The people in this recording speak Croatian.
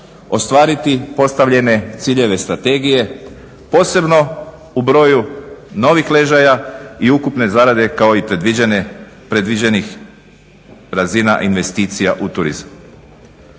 ostvariti postavljene ciljeve strategije posebno u broju novih ležaja i ukupne zarade kao i predviđenih razina investicija u turizmu.